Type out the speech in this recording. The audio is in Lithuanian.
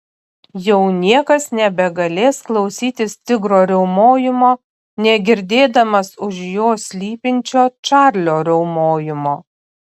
jau niekas nebegalės klausytis tigro riaumojimo negirdėdamas už jo slypinčio čarlio riaumojimo